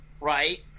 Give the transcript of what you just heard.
right